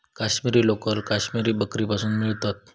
काश्मिरी लोकर काश्मिरी बकरीपासुन मिळवतत